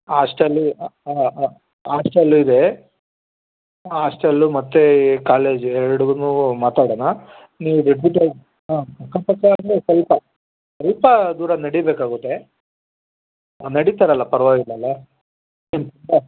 hostel ಹಾಂ ಹಾಂ hostel ಇದೆ ಹಾಸ್ಟೆಲ್ಲು ಮತ್ತೆ ಕಾಲೇಜು ಎರ್ಡು ಮಾತಾಡೋಣ ನೀವು ರೆಪ್ಯೂಟೆಡ್ ಹಾಂ ಅಕ್ಕಪಕ್ಕ ಅಂದ್ರೆ ಸ್ವಲ್ಪ ಸ್ವಲ್ಪ ದೂರ ನಡೀಬೇಕಾಗುತ್ತೆ ನಡೀತಾರಲ್ಲ ಪರವಾಗಿಲ್ಲ ಅಲ್ಲ ಹ್ಞೂ ಹಾಂ